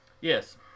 Yes